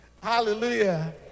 Hallelujah